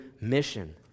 mission